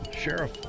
Sheriff